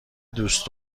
دوست